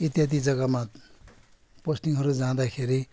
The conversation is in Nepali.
इत्यादि जग्गामा पोस्टिङहरू जाँदाखेरि